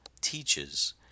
teaches